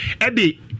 Eddie